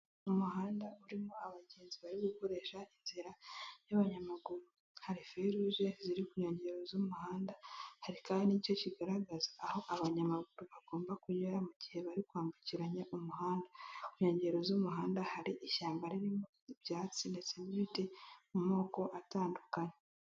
Umuhanda urimo abagenzi bari gukoresha inzira y'abanyamaguru, hari feruje ziri ku nkengero z'umuhanda, hari kandi n'igice kigaragaza aho abanyamaguru bagomba kunyura mu gihe bari kwambukiranya umuhanda, ku nkengero z'umuhanda hari ishyamba ririmo ibyatsi ndetse n'ibiti mu moko atandukanye.